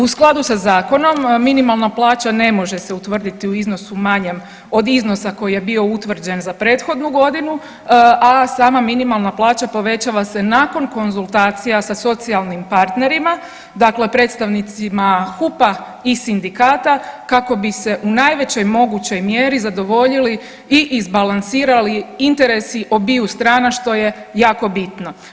U skladu sa zakonom minimalna plaća ne može se utvrditi u iznosu manjem od iznosa koji je bio utvrđen za prethodnu godinu, a sama minimalna plaća povećava se nakon konzultacija sa socijalnim partnerima, dakle predstavnicima HUP-a i sindikata kako bi se u najvećoj mogućoj mjeri zadovoljili i izbalansirali interesi obiju strana što je jako bitno.